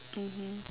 mmhmm